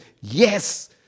yes